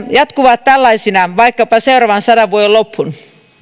jatkuvat tällaisina vaikkapa seuraavan sadan vuoden loppuun